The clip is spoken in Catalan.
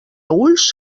ulls